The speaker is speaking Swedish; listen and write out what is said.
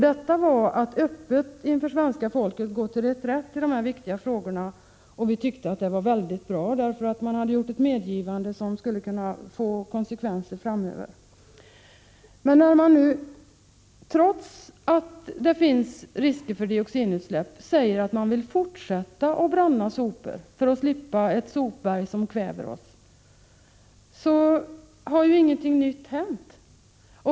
Detta var att öppet inför svenska folket gå till reträtt i dessa viktiga frågor, och vi tyckte att det var väldigt bra. Man hade gjort ett medgivande som skulle kunna få konsekvenser framöver. Men när man nu, trots att det finns risker för dioxinutsläpp, säger att man vill fortsätta att bränna sopor för att slippa ett sopberg som kväver oss, har ju ingenting nytt hänt.